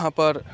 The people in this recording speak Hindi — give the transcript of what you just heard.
वहाँ पर